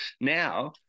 now